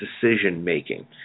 decision-making